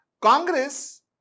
congress